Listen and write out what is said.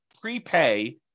prepay